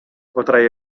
potrai